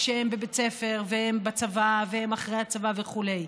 כשהם בבית ספר והם בצבא והם אחרי הצבא וכו',